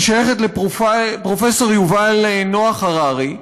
היא שייכת לפרופסור יובל נח הררי,